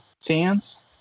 fans